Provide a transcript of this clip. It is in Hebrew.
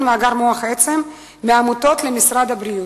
מאגר מוח עצם מהעמותות למשרד הבריאות,